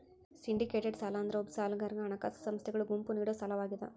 syndicated ಸಾಲ ಅಂದ್ರ ಒಬ್ಬ ಸಾಲಗಾರಗ ಹಣಕಾಸ ಸಂಸ್ಥೆಗಳ ಗುಂಪು ನೇಡೊ ಸಾಲವಾಗ್ಯಾದ